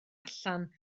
allan